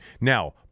Now